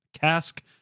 cask